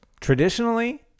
Traditionally